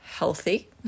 healthy